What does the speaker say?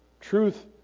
Truth